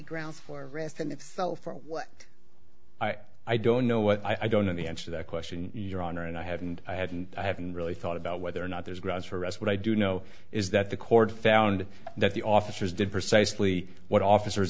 grounds for ricin it's self or what i don't know what i don't know the answer to that question your honor and i haven't i haven't i haven't really thought about whether or not there's grounds for arrest but i do know is that the court found that the officers did precisely what officers